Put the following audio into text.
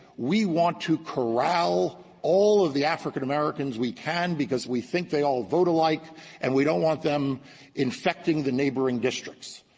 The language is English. we want to corral all of the african-americans we can because we think they all vote alike and we don't want them infecting the neighboring districts,